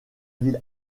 ville